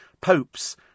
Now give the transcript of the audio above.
popes